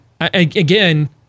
again